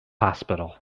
hospital